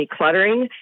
decluttering